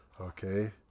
okay